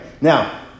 Now